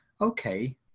okay